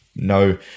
No